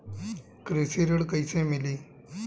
कृषि ऋण कैसे मिली?